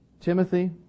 Timothy